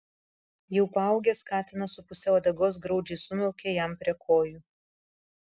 jau paaugęs katinas su puse uodegos graudžiai sumiaukė jam prie kojų